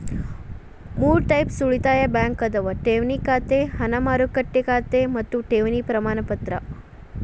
ಮೂರ್ ಟೈಪ್ಸ್ ಉಳಿತಾಯ ಬ್ಯಾಂಕ್ ಅದಾವ ಠೇವಣಿ ಖಾತೆ ಹಣ ಮಾರುಕಟ್ಟೆ ಖಾತೆ ಮತ್ತ ಠೇವಣಿ ಪ್ರಮಾಣಪತ್ರ